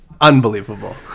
unbelievable